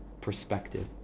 perspective